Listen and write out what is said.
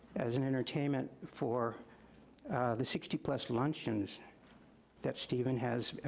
as an entertainment for the sixty plus luncheons that steven has